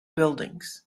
buildings